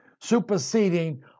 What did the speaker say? superseding